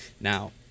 now